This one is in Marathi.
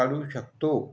काढू शकतो